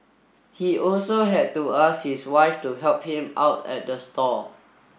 he also had to ask his wife to help him out at the stall